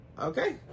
okay